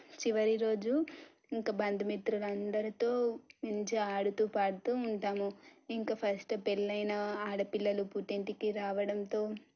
చివరి రోజు ఇంక బంధుమిత్రులు అందరితో మంచిగా ఆడుతూ పాడుతూ ఉంటాము ఇంకా ఫస్ట్ పెళ్ళైన ఆడపిల్లలు పుట్టింటికి రావడంతో